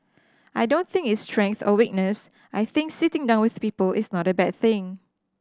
I don't think it's strength or weakness I think sitting down with people is not a bad thing